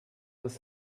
dass